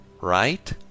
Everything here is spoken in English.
right